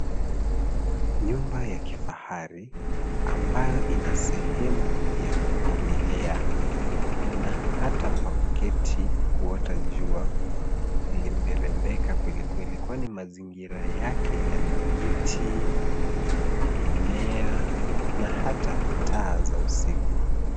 Nyumba ya kifahari, ambayo ina sehemu ya kuogelea na hata pa kuketi kuota jua, limerembeka kwelikweli, kwani mazingira yake yana miti, mimea na hata taa za usiku.